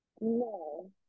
No